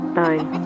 nine